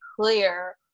clear